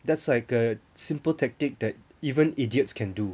that's like a simple tactic that even idiots can do